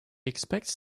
expects